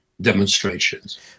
demonstrations